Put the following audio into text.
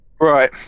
Right